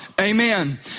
Amen